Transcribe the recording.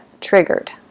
triggered